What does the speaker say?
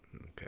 Okay